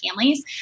families